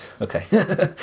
Okay